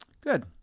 good